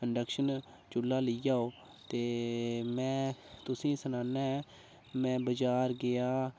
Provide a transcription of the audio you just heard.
induction चु'ल्ला लेई आओ ते में तुसें ई सनाना ऐ में बजार गेआ